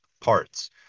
parts